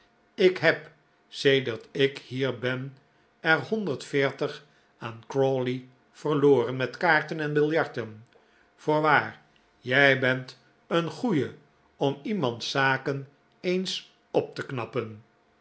ik heb sedert ik hier ben er honderd veertig aan crawley verloren met kaarten en biljarten voorwaar jij bent een goeie om iemands zaken eens op te knappen